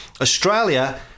Australia